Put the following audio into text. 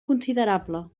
considerable